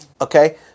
Okay